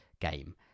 game